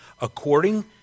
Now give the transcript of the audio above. according